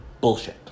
bullshit